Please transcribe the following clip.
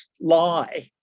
lie